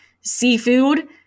seafood